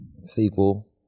Sequel